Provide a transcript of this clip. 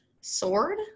sword